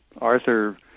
Arthur